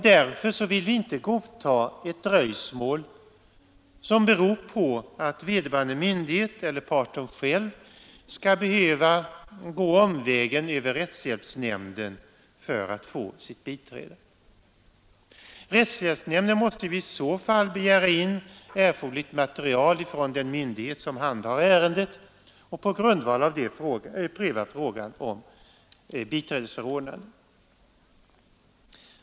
Därför vill vi inte godta ett dröjsmål som beror på att vederbörande myndighet eller parten själv skall behöva gå omvägen över rättshjälpsnämnden för att få ett biträde förordnat. Rättshjälpsnämnden måste i så fall begära in erforderligt material från den myndighet som handlägger ärendet och på grundval av det pröva frågan om biträdesförordnandet.